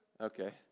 Okay